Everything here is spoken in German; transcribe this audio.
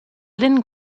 linn